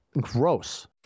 Gross